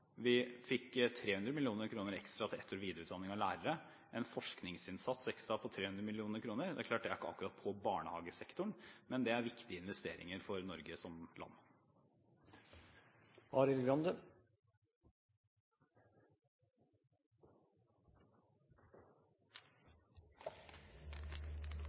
lærere – en forskningsinnsats ekstra på 300 mill. kr. Det er klart at det ikke akkurat er i barnehagesektoren, men det er viktige investeringer for Norge som land.